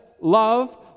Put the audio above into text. love